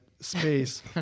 space